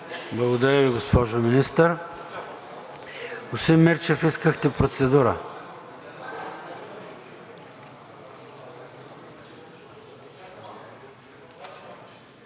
Благодаря Ви, госпожо Министър. Господин Мирчев, искахте процедура?